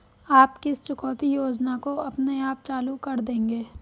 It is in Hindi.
आप किस चुकौती योजना को अपने आप चालू कर देंगे?